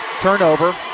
turnover